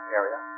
area